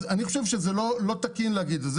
אז אני חושב שזה לא תקין להגיד את זה.